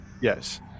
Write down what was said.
Yes